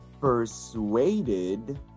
persuaded